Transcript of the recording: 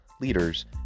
leaders